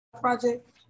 project